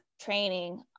training